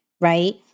Right